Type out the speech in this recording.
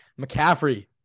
McCaffrey